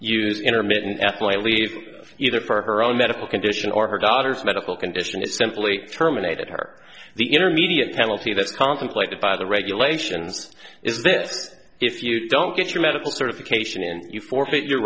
use intermittent effluent leave either for her own medical condition or her daughter's medical condition it simply terminated her the intermediate penalty that contemplated by the regulations is that if you don't get your medical certification and you forfeit your